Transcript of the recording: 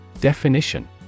Definition